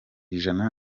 ijana